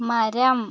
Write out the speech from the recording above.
മരം